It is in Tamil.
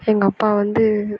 எங்கள் அப்பா வந்து